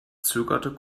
zögerte